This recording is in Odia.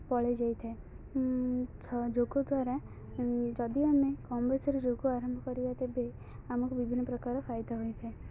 ପଳେଇ ଯାଇଥାଏ ଯୋଗ ଦ୍ୱାରା ଯଦି ଆମେ କମ୍ ବୟସରେ ଯୋଗ ଆରମ୍ଭ କରିବା ତେବେ ଆମକୁ ବିଭିନ୍ନପ୍ରକାର ଫାଇଦା ହୋଇଥାଏ